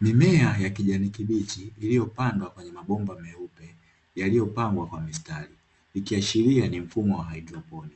Mimea ya kijani kibichi iliopandwa kwenye mabomba meupe yaliyopangwa kwa mstari ikiashiria ni mfumo wa hudroponi.